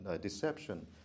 deception